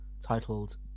titled